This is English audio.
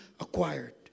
acquired